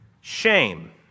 shame